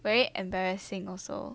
very embarrassing also